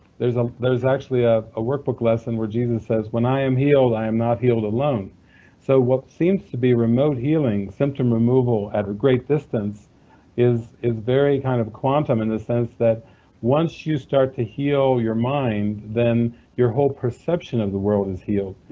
there's there's actually ah a workbook lesson where jesus says, when i am healed, i'm not healed alone so what seems to be remote healing, symptom removal at a great distance is is very kind of quantum, in the sense that once you start to heal your mind, then your whole perception of the world is healed.